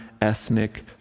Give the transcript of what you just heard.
ethnic